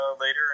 later